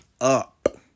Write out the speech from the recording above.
up